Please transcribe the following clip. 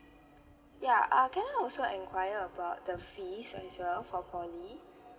yeah ah can I also enquiry about the fees as well for poly